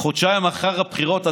חודשיים אחרי הבחירות,